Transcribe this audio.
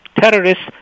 terrorists